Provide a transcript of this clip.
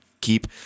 keep